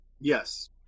Yes